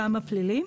הפלילי.